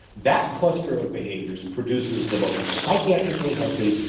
that cluster of behaviors produces the most psychiatrically healthy,